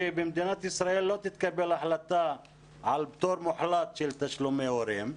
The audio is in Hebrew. שבמדינת ישראל לא תתקבל החלטה על פטור מוחלט של תשלומי הורים.